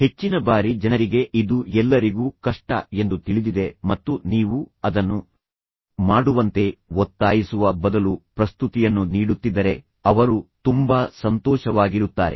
ಹೆಚ್ಚಿನ ಬಾರಿ ಜನರಿಗೆ ಇದು ಎಲ್ಲರಿಗೂ ಕಷ್ಟ ಎಂದು ತಿಳಿದಿದೆ ಮತ್ತು ನೀವು ಅದನ್ನು ಮಾಡುವಂತೆ ಒತ್ತಾಯಿಸುವ ಬದಲು ಪ್ರಸ್ತುತಿಯನ್ನು ನೀಡುತ್ತಿದ್ದರೆ ಅವರು ತುಂಬಾ ಸಂತೋಷವಾಗಿರುತ್ತಾರೆ